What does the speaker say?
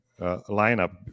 lineup